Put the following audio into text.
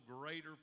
greater